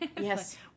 Yes